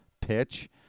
pitch